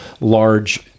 large